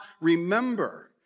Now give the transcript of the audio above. remember